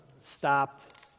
stopped